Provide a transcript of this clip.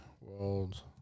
world